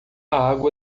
água